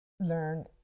learn